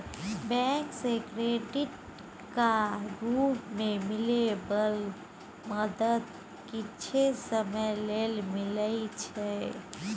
bank सँ क्रेडिटक रूप मे मिलै बला मदद किछे समय लेल मिलइ छै